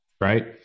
right